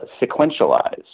sequentialize